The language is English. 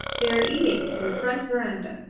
they are eating in the front verandah,